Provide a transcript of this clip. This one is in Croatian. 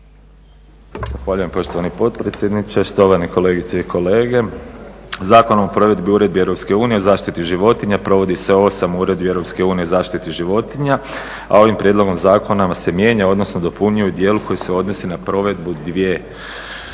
Zahvaljujem poštovani potpredsjedniče, štovane kolegice i kolege. Zakonom o provedbi Uredbi EU o zaštiti životinja provodi se 8 uredbi EU o zaštiti životinja, a ovim prijedlogom zakona se mijenja odnosno dopunjuje u dijelu koji se odnosi na provedbu 2